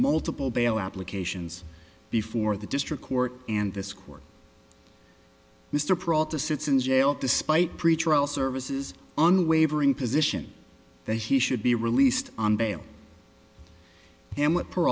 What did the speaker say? multiple bail applications before the district court and this court mr prata sits in jail despite pretrial services unwavering position that he should be released on bail and what